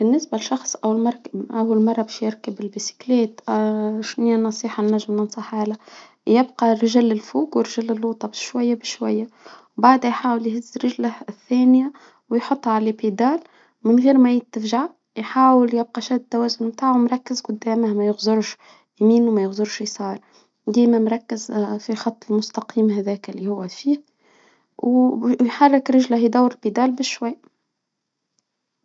بالنسبة لشخص أو المرك أول مرة بشيركب البسكليت. شني النصيحة اللي نجم ننصحها له؟ يبقى الرجال الفوق ورجل لوطة بشوية بشوية، وبعدها يحاول يهز رجله الثانية ويحطها على اللبيدال من غير ما يتفجع، يحاول يبقى شد توازن متاعه مركز قدامه، ما يخزرش يمين وما يغزرش يسار ديما مركز في خط المستقيم، هذاك إللي هو فيه ويحرك رجله دور بدال بشوي.